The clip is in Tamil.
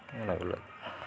எனக்குள்ளது